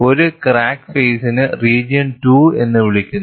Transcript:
ഒരു ക്രാക്ക് ഫേയിസിനെ റീജിയൺ 2 എന്ന് വിളിക്കുന്നു